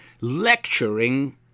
lecturing